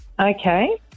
Okay